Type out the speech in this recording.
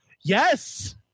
yes